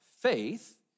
faith